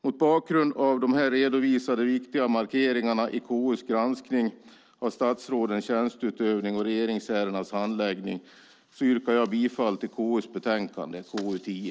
Mot bakgrund av dessa redovisade och viktiga markeringar i KU:s granskning av statsrådens tjänsteutövning och regeringsärendenas handläggning yrkar jag på godkännande av anmälan i KU:s betänkande 10.